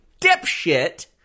dipshit